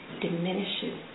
diminishes